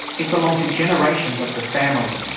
it belonged to generations of her family.